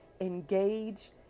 engage